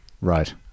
right